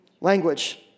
language